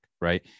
Right